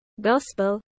gospel